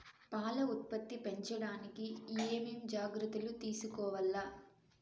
పాల ఉత్పత్తి పెంచడానికి ఏమేం జాగ్రత్తలు తీసుకోవల్ల?